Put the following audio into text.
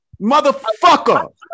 motherfucker